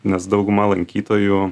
nes dauguma lankytojų